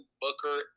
Booker